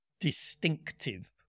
distinctive